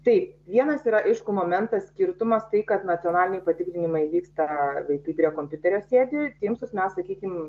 taip vienas yra aišku momentas skirtumas tai kad nacionaliniai patikrinimai vyksta vaikai prie kompiuterio sėdi tymsus mes sakykim